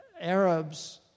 Arabs